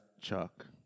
chuck